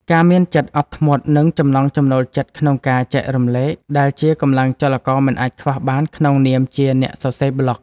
ការមានចិត្តអត់ធ្មត់ និងចំណង់ចំណូលចិត្តក្នុងការចែករំលែក ដែលជាកម្លាំងចលករមិនអាចខ្វះបានក្នុងនាមជាអ្នកសរសេរប្លក់។